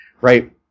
right